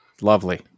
Lovely